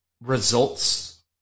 results